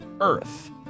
earth